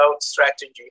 strategy